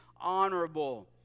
honorable